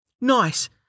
Nice